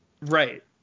Right